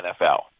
NFL